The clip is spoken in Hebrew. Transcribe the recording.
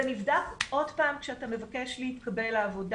זה נבדק עוד פעם כשאתה מבקש להתקבל לעבודה.